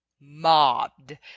mobbed